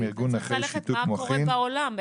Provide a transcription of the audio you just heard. וצריך ללכת ולראות מה קורה בעולם,